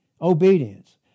Obedience